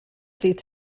ddydd